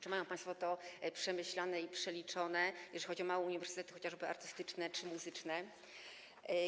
Czy mają państwo to przemyślane i przeliczone, jeżeli chodzi o małe uniwersytety, chociażby artystyczne czy muzyczne?